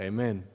Amen